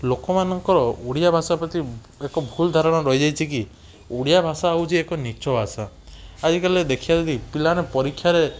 ଲୋକମାନଙ୍କର ଓଡ଼ିଆ ଭାଷା ପ୍ରତି ଏକ ଭୁଲ୍ ଧାରଣା ରହିଯାଇଛି କି ଓଡ଼ିଆ ଭାଷା ହେଉଛି ଏକ ନିଚ ଭାଷା ଆଜିକାଲି ଦେଖିବା ଯଦି ପିଲାମାନେ ପରୀକ୍ଷାରେ